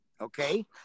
Okay